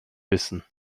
wissen